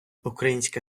українська